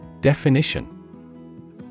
Definition